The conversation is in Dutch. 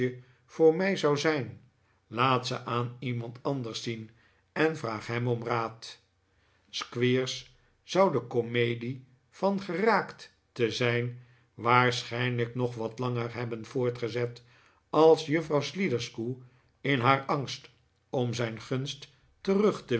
vppr mij zpu zijn laat ze aan jemand anders zien en vraag hem pm raad squeers zou de cpmedie van geraakt te zijn waarschijnlijk npg wat langer hebben vpprtgezet als juffrpuw sliderskew in haar angst pm zijn gunst terug te